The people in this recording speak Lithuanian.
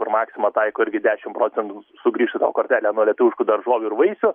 kur maksima taiko irgi dešimt procentų sugrįžta tau į koretelę nuo lietuviškų daržovių ir vaisių